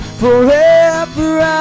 forever